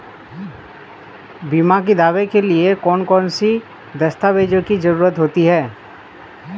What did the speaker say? बीमा के दावे के लिए कौन कौन सी दस्तावेजों की जरूरत होती है?